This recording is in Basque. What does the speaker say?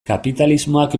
kapitalismoak